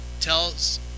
tells